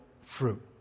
fruit